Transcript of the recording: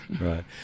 Right